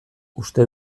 uste